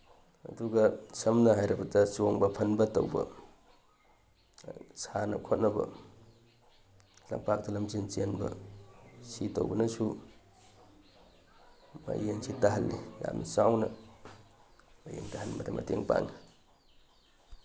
ꯑꯗꯨꯒ ꯁꯝꯅ ꯍꯥꯏꯔꯕꯗ ꯆꯣꯡꯕ ꯐꯟꯕ ꯇꯧꯕ ꯑꯗꯨꯒ ꯁꯥꯟꯅ ꯈꯣꯠꯅꯕ ꯂꯝꯄꯥꯛꯇ ꯂꯝꯖꯦꯟ ꯆꯦꯟꯕ ꯁꯤ ꯇꯧꯕꯅꯁꯨ ꯃꯌꯦꯡꯁꯤ ꯇꯥꯍꯜꯂꯤ ꯌꯥꯝꯅ ꯆꯥꯎꯅ ꯃꯌꯦꯡ ꯇꯥꯍꯟꯕꯗ ꯃꯇꯦꯡ ꯄꯥꯡꯉꯤ